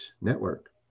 network